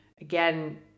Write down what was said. again